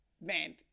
Man